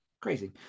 Crazy